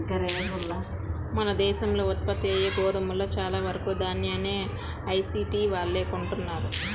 మన దేశంలో ఉత్పత్తయ్యే గోధుమలో చాలా వరకు దాన్యాన్ని ఐటీసీ వాళ్ళే కొంటన్నారు